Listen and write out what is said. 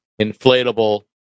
inflatable